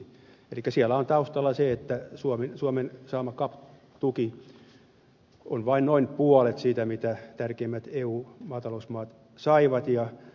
elikkä siellä on taustalla se että suomen saama cap tuki on vain noin puolet siitä mitä tärkeimmät eu maatalousmaat saivat